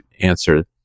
answer